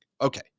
Okay